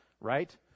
right